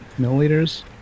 Milliliters